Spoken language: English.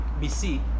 BC